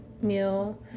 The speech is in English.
meal